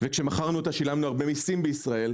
וכשמכרנו אותה שילמנו הרבה מיסים בישראל,